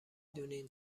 دونین